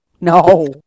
No